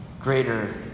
greater